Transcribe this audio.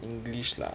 english lah